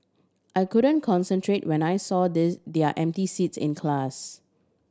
I couldn't concentrate when I saw they their empty seats in class